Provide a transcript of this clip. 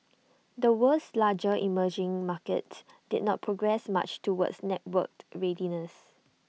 the world's larger emerging markets did not progress much towards networked readiness